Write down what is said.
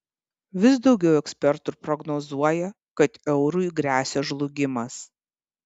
vis daugiau ekspertų prognozuoja kad eurui gresia žlugimas